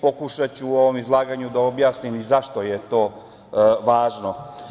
Pokušaću u ovom izlaganju da objasnim i zašto je to važno.